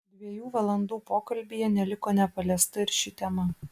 dviejų valandų pokalbyje neliko nepaliesta ir ši tema